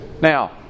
Now